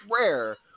rare